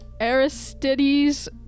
Aristides